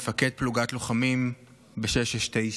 מפקד פלוגת לוחמים ב-669,